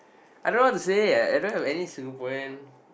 I don't know what to say I don't have any Singaporean